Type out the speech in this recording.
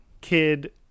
Kid